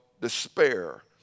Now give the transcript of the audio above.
despair